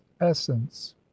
essence